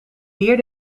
weer